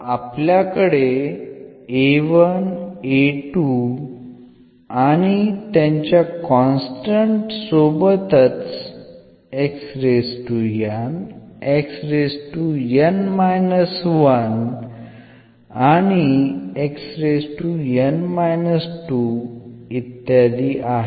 तर आपल्याकडे आणि त्यांच्या कॉन्स्टन्ट सोबतच आणि इत्यादी आहेत